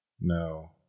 No